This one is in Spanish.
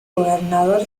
gobernador